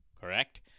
correct